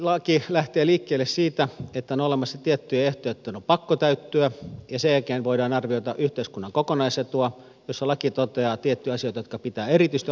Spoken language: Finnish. ydinenergialaki lähtee liikkeelle siitä että on olemassa tiettyjä ehtoja joitten on pakko täyttyä ja sen jälkeen voidaan arvioida yhteiskunnan kokonaisetua josta laki toteaa tiettyjä asioita jotka pitää erityisesti ottaa huomioon